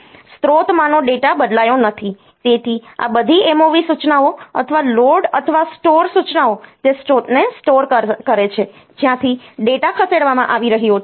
સ્ત્રોતમાંનો data બદલાયો નથી તેથી આ બધી MOV સૂચનાઓ અથવા લોડ અથવા સ્ટોર સૂચનાઓ તે સ્ત્રોતને સ્ટોર કરે છે જ્યાંથી ડેટા ખસેડવામાં આવી રહ્યો છે